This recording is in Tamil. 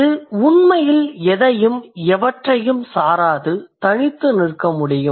இது உண்மையில் எதையும் எவற்றையும் சாராது தனித்து நிற்க முடியும்